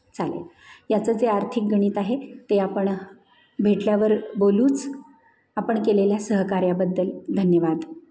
चालेल याचं जे आर्थिक गणित आहे ते आपण भेटल्यावर बोलूच आपण केलेल्या सहकार्याबद्दल धन्यवाद